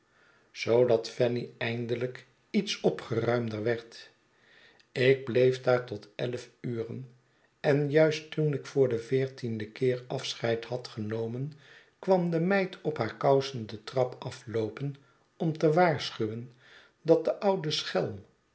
zoodat fanny eindelijk iets opgeruimder werd ik bleef daar tot elf uren en juist toen ik voor den veertienden keer afscheid had genomen kwam de meid op haar kousen de trap af loopen om te waarschuwen dat de oude